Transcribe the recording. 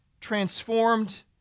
transformed